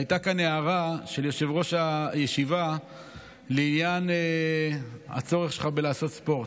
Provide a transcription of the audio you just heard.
הייתה כאן הערה של יושב-ראש הישיבה לעניין הצורך שלך בלעשות ספורט,